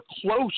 close